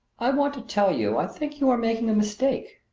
i want to tell you i think you are making a mistake.